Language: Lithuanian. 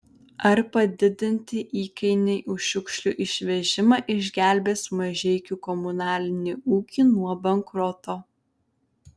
ar padidinti įkainiai už šiukšlių išvežimą išgelbės mažeikių komunalinį ūkį nuo bankroto